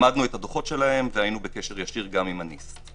למדנו את הדוחות שלהם והיינו בקשר גם עם ה-nist.